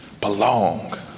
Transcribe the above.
belong